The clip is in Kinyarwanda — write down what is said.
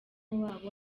wabo